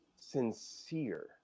sincere